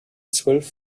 zwölf